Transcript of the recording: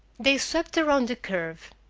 they swept around a curve.